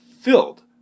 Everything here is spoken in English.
filled